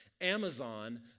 Amazon